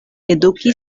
eduki